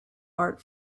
art